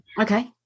Okay